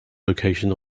location